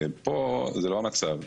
וזה לא המצב פה.